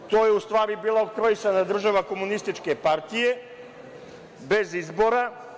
To je u stvari bila oktroisana država Komunističke partije, bez izbora.